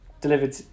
delivered